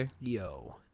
Yo